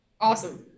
Awesome